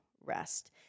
rest